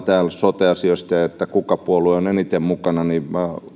täällä sote asioista ja siitä mikä puolue on eniten mukana minä